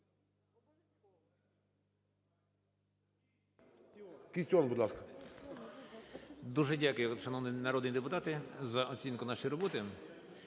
Дуже дякую, шановний народний депутате, за оцінку нашої роботи.